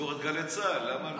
לסגור את גלי צה"ל, למה לא?